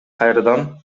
кайрадан